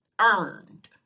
earned